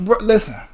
Listen